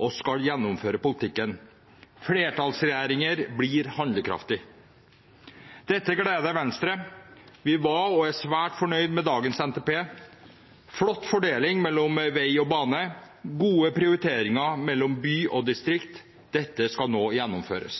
og skal gjennomføre politikken. Flertallsregjeringer er handlekraftige. Dette gleder Venstre. Vi var og er svært fornøyde med dagens NTP. Det er en flott fordeling mellom vei og bane og gode prioriteringer mellom by og distrikt – dette skal nå gjennomføres.